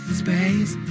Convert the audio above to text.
space